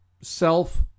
self